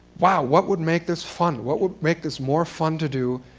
wow, what would make this fun? what would make this more fun to do?